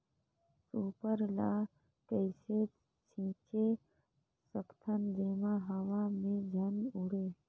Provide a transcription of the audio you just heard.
Super ल कइसे छीचे सकथन जेमा हवा मे झन उड़े?